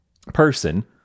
person